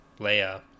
Leia